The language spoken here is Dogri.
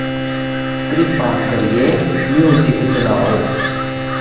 किरपा करियै म्यूजिक चलाओ